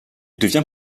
devient